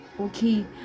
okay